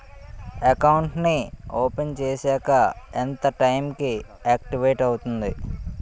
Account నీ open చేశాక ఎంత టైం కి ఆక్టివేట్ అవుతుంది?